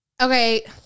Okay